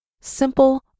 simple